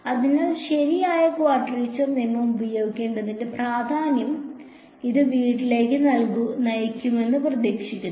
അതിനാൽ ശരിയായ ക്വാഡ്രേച്ചർ നിയമം ഉപയോഗിക്കേണ്ടതിന്റെ പ്രാധാന്യം ഇത് വീട്ടിലേക്ക് നയിക്കുമെന്ന് പ്രതീക്ഷിക്കുന്നു